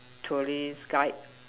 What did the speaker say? tourist guide